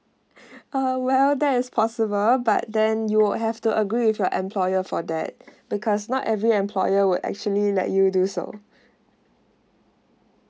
uh well that is possible but then you would have to agree with your employer for that because not every employer would actually let you do so mm